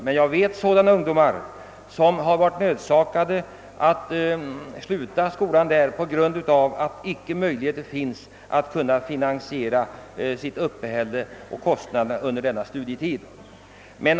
Jag känner å andra sidan till ungdomar som varit tvungna att sluta skolan då de inte haft någon möjlighet att finansiera uppehälle och övriga kostnader under studietiden.